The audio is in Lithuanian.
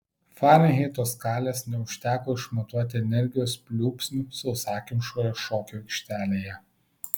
farenheito skalės neužteko išmatuoti energijos pliūpsnių sausakimšoje šokių aikštelėje